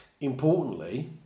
Importantly